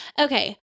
Okay